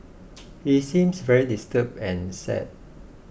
he seems very disturbed and sad